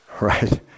right